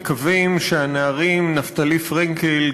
מקווים שהנערים נפתלי פרנקל,